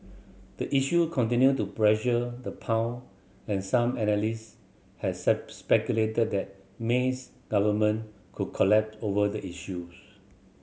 the issue continue to pressure the pound and some analyst has speculated that May's government could collapse over the issue